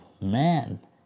Man